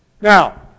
Now